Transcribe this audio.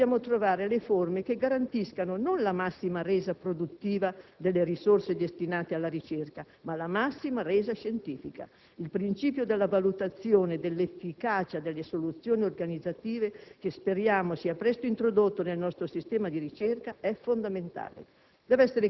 noi dobbiamo trovare le forme che garantiscano, non la massima resa produttiva delle risorse destinate alla ricerca, ma la massima resa scientifica. Il principio della valutazione dell'efficacia delle soluzioni organizzative, che speriamo sia presto introdotto nel nostro sistema di ricerca, è fondamentale.